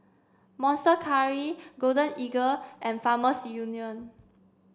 Monster Curry Golden Eagle and Farmers Union